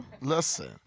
Listen